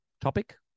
topic